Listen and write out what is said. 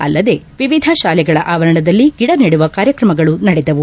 ಅಲ್ಲದೇ ವಿವಿಧ ಶಾಲೆಗಳ ಆವರಣದಲ್ಲಿ ಗಿಡ ನೆಡುವ ಕಾರ್ಯಕ್ರಮಗಳು ನಡೆದವು